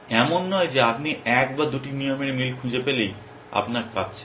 এমন নয় যে আপনি এক বা দুটি নিয়মের মিল খুঁজে পেলেই আপনার কাজ শেষ